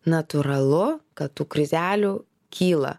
natūralu kad tų krizelių kyla